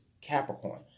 Capricorn